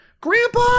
Grandpa